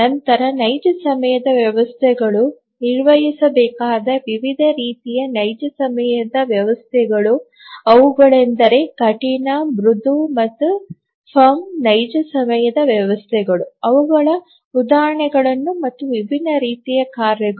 ನಂತರ ನೈಜ ಸಮಯದ ವ್ಯವಸ್ಥೆಗಳು ನಿರ್ವಹಿಸಬೇಕಾದ ವಿವಿಧ ರೀತಿಯ ನೈಜ ಸಮಯದ ವ್ಯವಸ್ಥೆಗಳು ಅವುಗಳೆಂದರೆ ಕಠಿಣ ಮೃದು ಮತ್ತು firm ನೈಜ ಸಮಯದ ವ್ಯವಸ್ಥೆಗಳು ಅವುಗಳ ಉದಾಹರಣೆಗಳು ಮತ್ತು ವಿಭಿನ್ನ ರೀತಿಯ ಕಾರ್ಯಗಳು